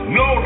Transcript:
no